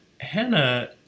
Hannah